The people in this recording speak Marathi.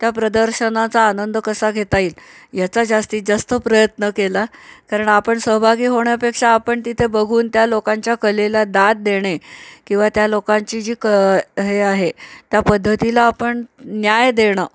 त्या प्रदर्शनाचा आनंद कसा घेता येईल याचा जास्तीत जास्त प्रयत्न केला कारण आपण सहभागी होण्यापेक्षा आपण तिथे बघून त्या लोकांच्या कलेला दाद देणे किंवा त्या लोकांची जी क हे आहे त्या पद्धतीला आपण न्याय देणं